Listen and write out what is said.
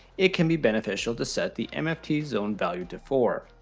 it can be beneficial to set the mft zone value to four.